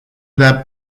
that